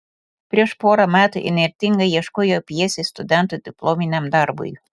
prieš porą metų įnirtingai ieškojau pjesės studentų diplominiam darbui